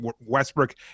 Westbrook